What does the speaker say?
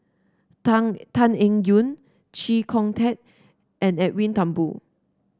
Tan Tan Eng Yoon Chee Kong Tet and Edwin Thumboo